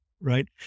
Right